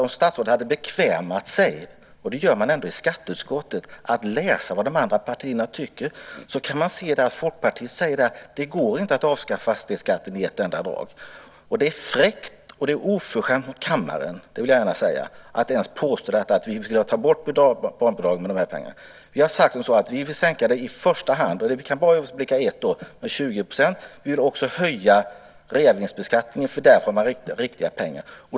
Om statsrådet hade bekvämat sig, och det gör man ändå i skatteutskottet, att läsa vad de andra partierna tycker, hade han kunnat se att Folkpartiet säger att det inte går att avskaffa fastighetsskatten i ett enda drag. Det är fräckt, och det är oförskämt mot kammaren vill jag gärna säga, att ens påstå att vi skulle vilja ta bort barnbidragen för att få de här pengarna. Vi har sagt att vi i första hand, och vi kan bara överblicka ett år, vill sänka med 20 %. Vi vill också höja reavinstbeskattningen, för där har man riktiga pengar.